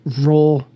raw